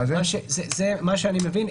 מה שאני מבין,